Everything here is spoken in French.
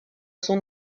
son